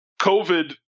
COVID